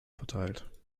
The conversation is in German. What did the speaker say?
verteilt